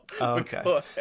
Okay